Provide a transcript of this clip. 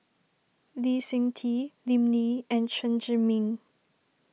Lee Seng Tee Lim Lee and Chen Zhiming